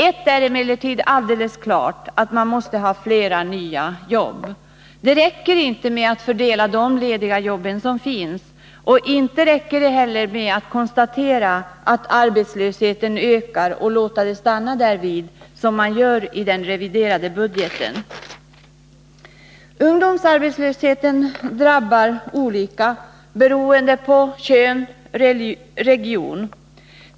Ett är emellertid alldeles klart: man måste ha flera nya jobb. Det räcker inte med att fördela de lediga jobb som finns. Inte räcker det heller med att konstatera att arbetslösheten ökar och låta det stanna därvid, som man gör i den reviderade budgeten. Ungdomsarbetslösheten drabbar olika beroende på kön och region.